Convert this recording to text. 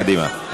קדימה.